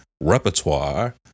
Repertoire